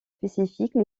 spécifiques